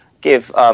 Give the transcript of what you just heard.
give